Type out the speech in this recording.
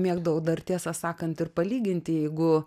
mėgdavau dar tiesą sakant ir palyginti jeigu